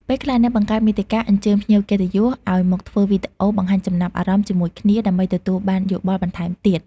ពេលខ្លះ អ្នកបង្កើតមាតិកា អញ្ជើញភ្ញៀវកិត្តិយសឱ្យមកធ្វើវីដេអូបង្ហាញចំណាប់អារម្មណ៍ជាមួយគ្នា ដើម្បីទទួលបានយោបល់បន្ថែមទៀត។